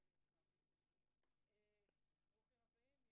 ברוכים הבאים.